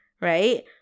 right